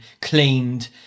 cleaned